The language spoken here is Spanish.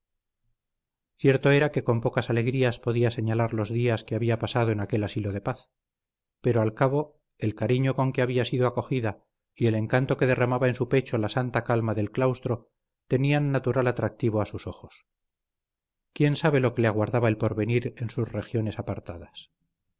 llagados cierto era que con pocas alegrías podía señalar los días que había pasado en aquel asilo de paz pero al cabo el cariño con que había sido acogida y el encanto que derramaba en su pecho la santa calma del claustro tenían natural atractivo a sus ojos quién sabe lo que le aguardaba el porvenir en sus regiones apartadas